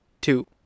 two